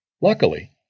Luckily